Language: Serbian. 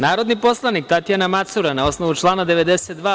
Narodni poslanik Tatjana Macura, na osnovu člana 92.